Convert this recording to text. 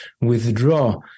withdraw